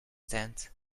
tent